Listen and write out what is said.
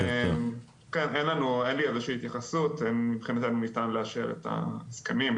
אין לי איזה שהיא התייחסות מבחינתנו ניתן לאשר את ההסכמים,